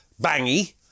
bangy